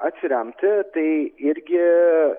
atsiremti tai irgi